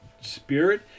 spirit